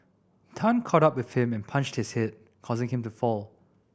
Tan caught up with him and punched his head causing him to fall